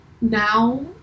now